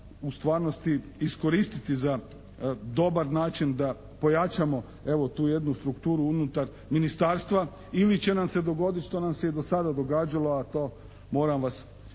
u stvarnosti iskoristiti za dobar način da pojačamo evo tu jednu strukturu unutar Ministarstva ili će nam se dogoditi što nam se i do sada događalo, a to moram vas ponovo